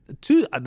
two